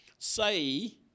Say